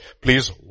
please